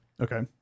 Okay